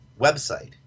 website